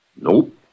Nope